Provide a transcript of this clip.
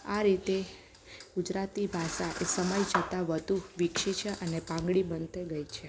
આ રીતે ગુજરાતી ભાષા એ સમય જતા વધુ વિકસી છે અને પાંગળી બનતી ગઈ છે